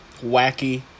wacky